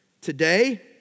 today